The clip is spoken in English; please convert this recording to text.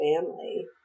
family